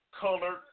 colored